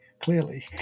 Clearly